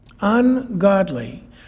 Ungodly